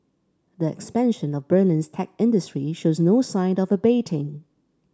the expansion of Berlin's tech industry shows no sign of abating